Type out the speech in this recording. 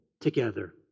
together